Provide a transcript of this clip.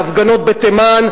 ההפגנות בתימן,